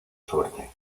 suerte